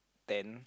ten